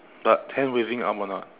but hand waving arm or not